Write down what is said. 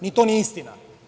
Ni to nije istina.